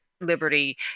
liberty